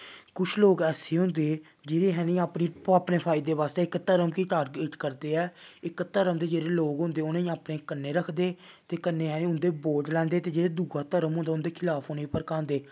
कुछ लोग ऐसे होंदे जेह्ड़े जानि अपने अपने फायदे बास्तै इक धर्म गी टारगेट करदे ऐ इक धर्म दे जेह्ड़े लोग होंदे उ'नेंगी अपने कन्नै रखदे ते कन्नै आह्ले उं'दे वोट लैंदे ते जेह्ड़ा दूआ धर्म होंदा उं'दे खलाफ उ'नें गी भड़कांदे